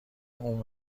اون